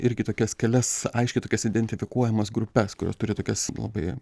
irgi tokias kelias aiškiai tokias identifikuojamas grupes kurios turi tokias labai